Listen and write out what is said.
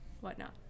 whatnot